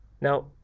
Now